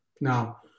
Now